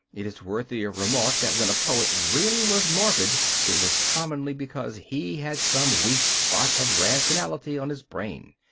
it is worthy of remark that when a poet really was morbid it was commonly because he had some weak spot of rationality on his brain.